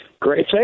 Great